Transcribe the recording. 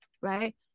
right